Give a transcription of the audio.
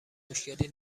مشکلی